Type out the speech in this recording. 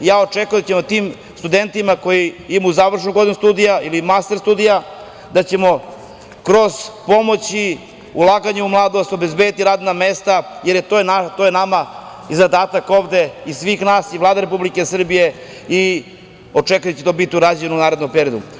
Očekujem da ćemo tim studentima koji imaju završnu godinu studija ili master studija, da ćemo kroz pomoći i ulaganje u mladost, obezbediti radna mesta, jer to je nama i zadatak ovde i svih nas i Vlade Republike Srbije i očekuje da će to biti urađeno u narednom periodu.